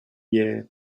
year